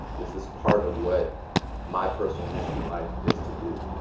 this is part of what my personal mission in life is to do.